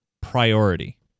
priority